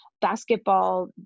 basketball